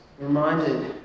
Reminded